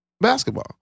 basketball